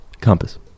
Compass